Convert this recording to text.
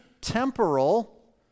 temporal